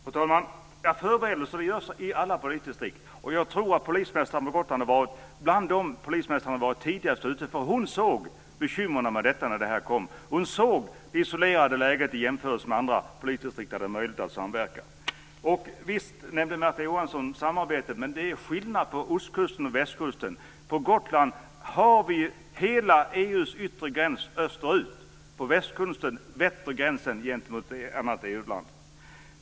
Fru talman! Förberedelser görs i alla polisdistrikt, och jag tror att polismästaren på Gotland var bland dem som var tidigast ute. Hon såg bekymren när det här kom. Hon såg Gotlands isolerade läge i jämförelse med andra polisdistrikt, där det är möjligt att samverka. Visst nämnde Märta Johansson samarbete, men det är skillnad på östkusten och västkusten. På Gotland har vi hela EU:s yttre gräns österut. På västkusten vetter gränsen mot ett annat EU-land.